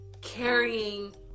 carrying